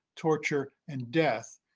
torture, and death,